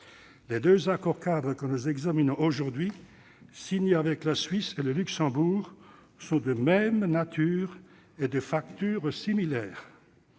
Les deux accords-cadres que nous examinons aujourd'hui, signés avec la Suisse et le Luxembourg, sont de même nature et de facture similaire.